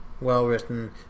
well-written